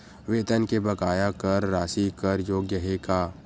वेतन के बकाया कर राशि कर योग्य हे का?